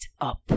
up